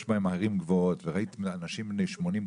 בהן ערים גבוהות וראיתי אנשים בני 80,